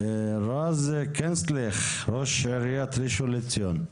ראש עיריית ראשון לציון,